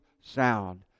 sound